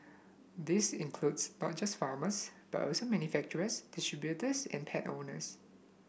this includes not just farmers but also manufacturers distributors and pet owners